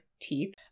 teeth